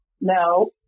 No